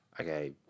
okay